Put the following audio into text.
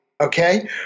Okay